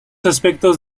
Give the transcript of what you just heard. aspectos